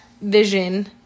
Vision